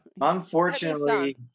unfortunately